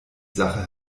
sache